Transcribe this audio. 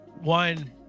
one